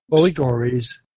stories